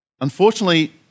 Unfortunately